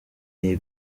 iyi